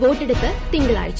പ്രോട്ടെടുപ്പ് തിങ്കളാഴ്ച